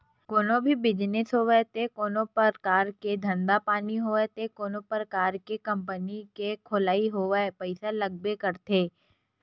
कोनो भी बिजनेस होय ते कोनो परकार के धंधा पानी होय ते कोनो परकार के कंपनी के खोलई होय पइसा लागबे करथे